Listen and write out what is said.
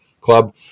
club